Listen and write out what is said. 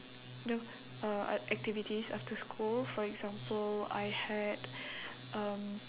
the uh activities after school for example I had um